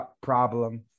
problem